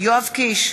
יואב קיש,